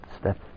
step